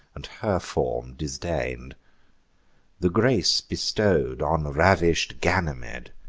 and her form disdain'd the grace bestow'd on ravish'd ganymed,